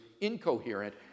incoherent